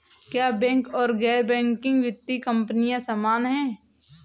क्या बैंक और गैर बैंकिंग वित्तीय कंपनियां समान हैं?